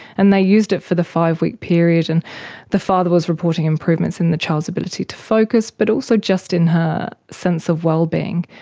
and they used it for the five-week period, and the father was reporting improvements in the child's ability to focus, but also just in her sense of well-being.